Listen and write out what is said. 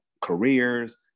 careers